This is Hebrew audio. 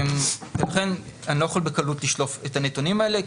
לכן אני לא יכול בקלות לשלוף את הנתונים האלה.